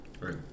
Right